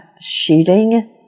shooting